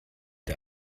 der